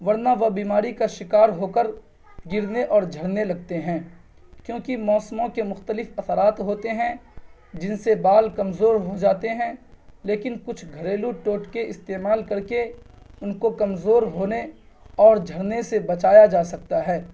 ورنہ وہ بیمار کا شکار ہو کر گرنے اور جھڑنے لگتے ہیں کیونکہ موسموں کے مختلف اثرات ہوتے ہیں جن سے بال کمزور ہو جاتے ہیں لیکن کچھ گھریلو ٹوٹکے استعمال کر کے ان کو کمزور ہونے اور جھڑنے سے بچایا جا سکتا ہے